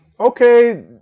Okay